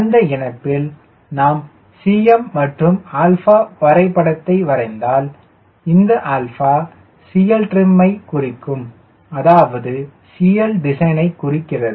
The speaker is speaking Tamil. அந்த இணைப்பில் நாம் Cmமற்றும் α வரைபடத்தை வரைந்தால் இந்த α CL trim யை குறிக்கும் அதாவது CL designயை குறிக்கிறது